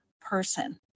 person